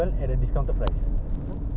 ah betul